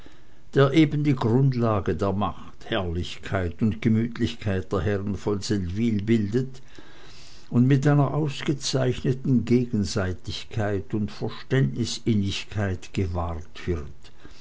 der eben die grundlage der macht herrlichkeit und gemütlichkeit der herren von seldwyl bildet und mit einer ausgezeichneten gegenseitigkeit und verständnisinnigkeit gewahrt wird